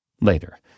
Later